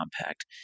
Compact